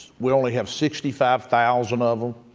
we only have sixty five thousand of them,